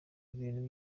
ibintu